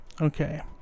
Okay